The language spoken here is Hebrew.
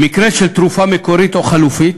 במקרה של תרופה מקורית או חלופית